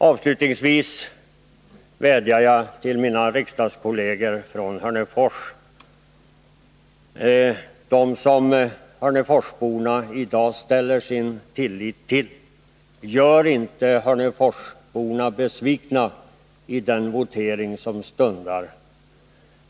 Avslutningsvis vädjar jag till mina riksdagskolleger från Västerbotten, dem som hörneforsborna i dag ställer sin tillit till: Gör inte hörneforsborna besvikna vid den votering som stundar.